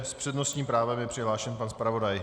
S přednostním právem je přihlášen pan zpravodaj.